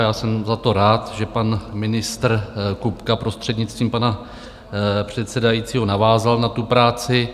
Já jsem za to rád, že pan ministr Kupka, prostřednictvím pana předsedajícího, navázal na tu práci.